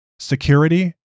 Security